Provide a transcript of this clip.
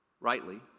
rightly